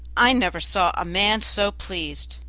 i never saw a man so pleased.